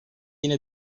yine